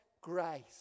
grace